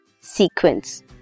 sequence